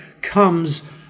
comes